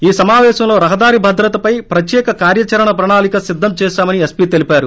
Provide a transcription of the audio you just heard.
ఈ సమాపేశంలో రహదారి భద్రత పై ప్రత్యేక కార్యాచరణ ప్రణాళిక సిద్దం చేశామని ఎస్పి తెలిపారు